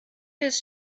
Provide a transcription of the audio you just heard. his